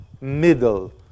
middle